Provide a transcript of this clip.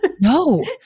No